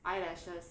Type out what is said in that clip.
eyelashes